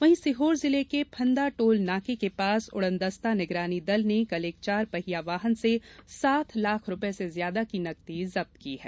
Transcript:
वहीं सिहोर जिले के फंदा टोल नाके के पास उड़नदस्ता निगरानी दल ने कल एक चार पहिया वाहन से सात लाख रूपये से ज्याता की नकदी जब्त की है